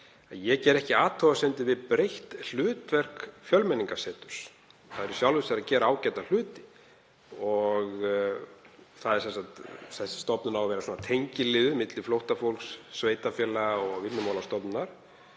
ég gerði ekki athugasemdir við breytt hlutverk Fjölmenningarseturs. Það er í sjálfu sér að gera ágæta hluti. Þessi stofnun á að vera tengiliður milli flóttafólks, sveitarfélaga og Vinnumálastofnunar.